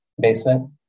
basement